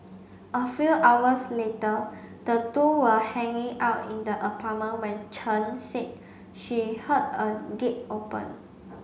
a few hours later the two were hanging out in the apartment when Chen said she heard a gate open